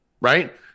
right